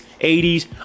80s